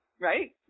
right